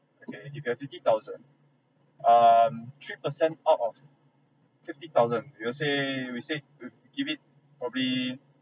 okay if you have fifty thousand um three percent out of fifty thousand we will say we say we give it probably